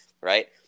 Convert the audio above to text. right